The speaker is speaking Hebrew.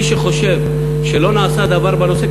מי שחושב שלא נעשה דבר בנושא,